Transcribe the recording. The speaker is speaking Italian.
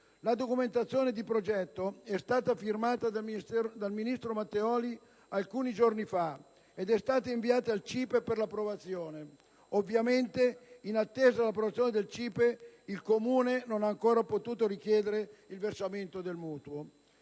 La documentazione di progetto è stata firmata alcuni giorni fa dal ministro Matteoli ed è stata inviata al CIPE per l'approvazione. Ovviamente, in attesa dell'approvazione del CIPE, il Comune non ha ancora potuto richiedere il versamento del mutuo.